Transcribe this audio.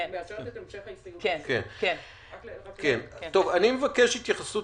היא מאפשרת את המשך --- אני מבקש התייחסות